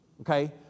okay